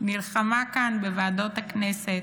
נלחמה כאן בוועדות הכנסת,